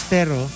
Pero